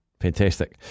Fantastic